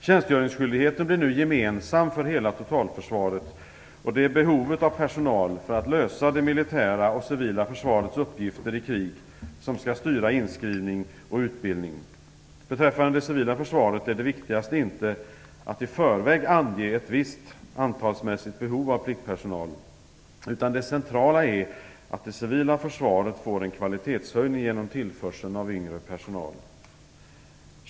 Tjänstgöringsskyldigheten blir nu gemensam för hela totalförsvaret, och det är behovet av personal för att lösa det militära och civila försvarets uppgifter i krig som skall styra inskrivning och utbildning. Beträffande det civila försvaret är det viktigaste inte att i förväg ange ett visst antalsmässigt behov av pliktpersonal, utan det centrala är att det civila försvaret får en kvalitetshöjning genom tillförsel av yngre personal.